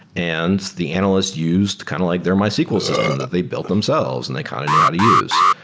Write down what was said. and the analysts used kind of like their mysql system that they built themselves and they kind of new how to use.